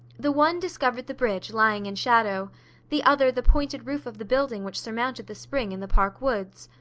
the one discovered the bridge, lying in shadow the other the pointed roof of the building which surmounted the spring in the park woods.